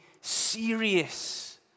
serious